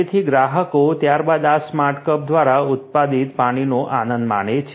તેથી ગ્રાહકો ત્યારબાદ આ સ્માર્ટ કપ દ્વારા ઉત્પાદિત પીણાનો આનંદ માણે છે